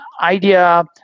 idea